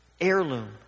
heirloom